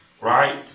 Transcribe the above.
right